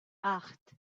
acht